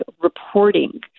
reporting